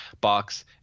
box